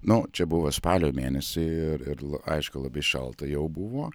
nu čia buvo spalio mėnesį ir ir aišku labai šalta jau buvo